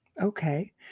Okay